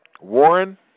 Warren